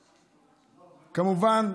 כמובן,